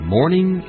Morning